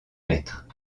mètres